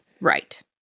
Right